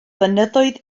fynyddoedd